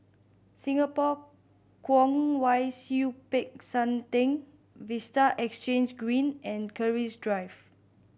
Singapore Kwong Wai Siew Peck San Theng Vista Exhange Green and Keris Drive